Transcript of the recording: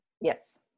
Yes